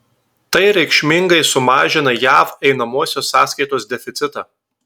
tai reikšmingai sumažina jav einamosios sąskaitos deficitą